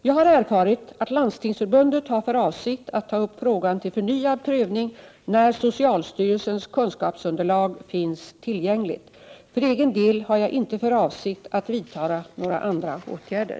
Jag har erfarit att Landstingsförbundet har för avsikt att ta upp frågan till förnyad prövning när socialstyrelsens kunskapsunderlag finns tillgängligt. För egen del har jag inte för avsikt att vidta några andra åtgärder.